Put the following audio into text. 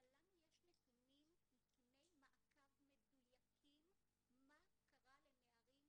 אבל לנו יש נתוני מעקב מדויקים מה קרה לנערים.